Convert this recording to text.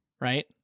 right